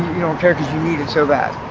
you don't care because you need it so bad,